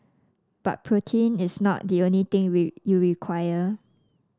but protein is not the only thing we you require